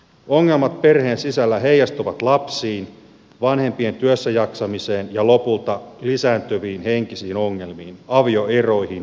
ongelmat perheen sisällä heijastuvat lapsiin vanhempien työssäjaksamiseen ja lopulta lisääntyviin henkisiin ongelmiin avioeroihin ja turvattomuuteen